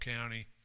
County